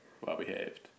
well-behaved